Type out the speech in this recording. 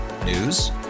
News